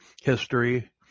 history